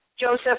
Joseph